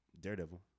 Daredevil